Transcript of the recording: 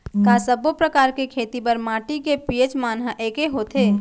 का सब्बो प्रकार के खेती बर माटी के पी.एच मान ह एकै होथे?